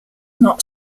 not